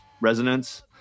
resonance